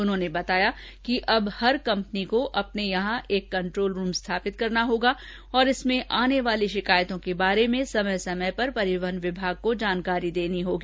उन्होंने बताया कि अब हर कम्पनी को अपने यहां एक कन्ट्रोल रूम स्थापित करना होगा तथा इसमें आने वाली शिकायतों के बारे में समय समय पर परिवहन विभाग को जानकारी देनी होगी